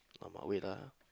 I might wait lah